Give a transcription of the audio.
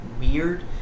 weird